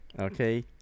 Okay